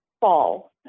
fall